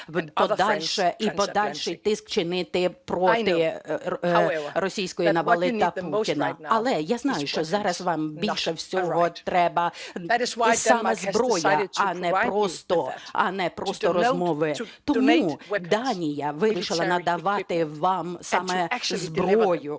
і подальший тиск чинити проти російської навали та Путіна. Але я знаю, що зараз вам більше всього треба саме зброя, а не просто розмови. Тому Данія вирішила надавати вам саме зброю,